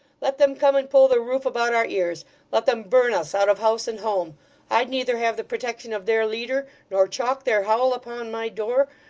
let them come and pull the roof about our ears let them burn us out of house and home i'd neither have the protection of their leader, nor chalk their howl upon my door,